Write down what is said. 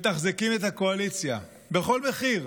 מתחזקים את הקואליציה בכל מחיר.